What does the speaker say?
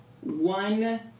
one